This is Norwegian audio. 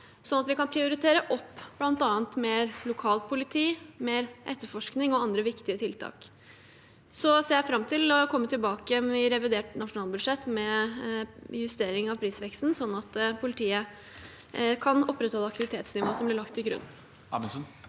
slik at vi kan prioritere opp bl.a. mer lokalt politi, mer etterforskning og andre viktige tiltak. Jeg ser fram til å komme tilbake igjen i revidert nasjonalbudsjett med justering av prisveksten, slik at politiet kan opprettholde aktivitetsnivået som blir lagt til grunn.